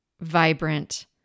vibrant